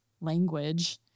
language